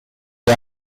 gli